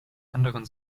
anderen